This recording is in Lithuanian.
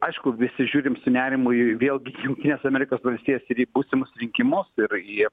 aišku visi žiūrim su nerimu į vėlgi į jungtines amerikos valstijas ir į būsimus rinkimus ir jie